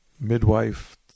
midwife